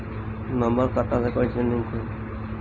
Number खाता से कईसे लिंक होई?